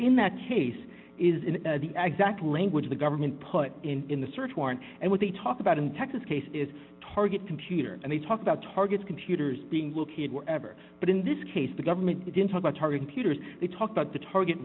in that case is in the exact language the government put in the search warrant and what they talk about in texas case is target computer and they talk about target's computers being located wherever but in this case the government didn't talk about targeting pewters they talk about the target